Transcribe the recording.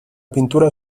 pintura